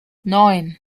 neun